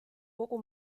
kogu